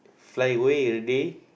fly away already